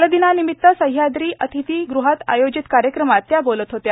बालदिनानिमित सह्याद्री अतिथीग़हात आयोजित कार्यक्रमात त्या बोलत होत्या